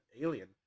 alien